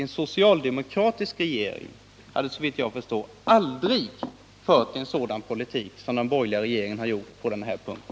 En socialdemokratisk regering hade, såvitt jag förstår, aldrig fört en sådan politik som den borgerliga regeringen har gjort på den här punkten.